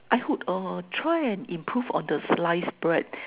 I would uh try and improve on the slice bread